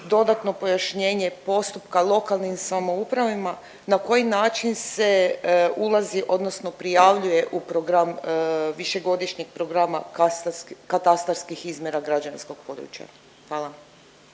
dodatno pojašnjenje postupka lokalnim samoupravama na koji način se ulazi odnosno prijavljuje u program višegodišnjeg programa katastarskih izmjera građevinskog područja. Hvala.